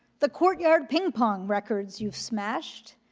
the courtyard ping pong records you've smashed,